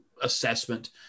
assessment